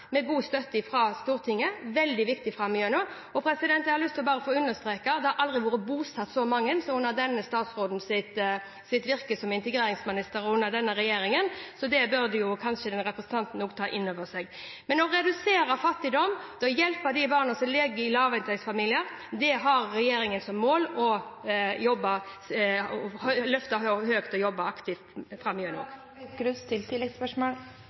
med god støtte fra Stortinget, veldig viktig framover. Jeg har lyst til å understreke at det aldri har blitt bosatt så mange som under denne statsrådens virke som integreringsminister og under denne regjeringen. Så det burde kanskje representanten Aukrust også ta inn over seg. Men å redusere fattigdom og hjelpe barn som lever i lavinntektsfamilier, har regjeringen som mål å løfte høyt og jobbe